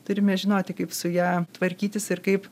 turime žinoti kaip su ja tvarkytis ir kaip